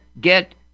get